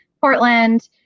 Portland